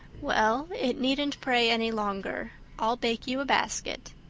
well, it needn't prey any longer. i'll bake you a basket.